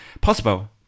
possible